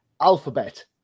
Alphabet